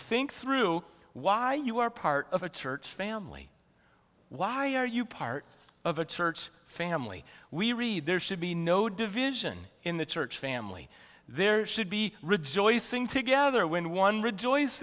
think through why you are part of a church family why are you part of a church family we read there should be no division in the church family there should be rejoicing together when one rejoice